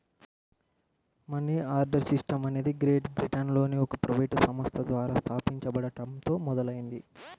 money order system అనేది great బ్రిటన్లోని ఒక ప్రైవేట్ సంస్థ ద్వారా స్థాపించబడటంతో మొదలైంది